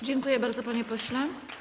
Dziękuję bardzo, panie pośle.